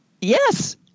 Yes